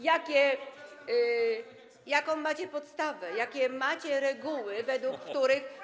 Jaką macie podstawę, jakie macie reguły, według których.